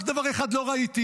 רק דבר אחד לא ראיתי: